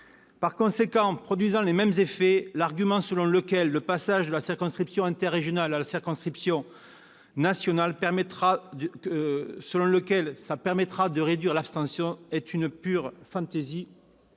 Par conséquent, les mêmes causes produisant les mêmes effets, l'argument selon lequel le passage de la circonscription interrégionale à la circonscription nationale permettra de réduire l'abstention est une pure fantaisie.